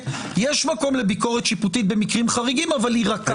יש מקום לביקורת שיפוטית במקרים חריגים אבל היא רכה.